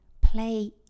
play